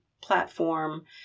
platform